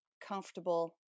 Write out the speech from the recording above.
comfortable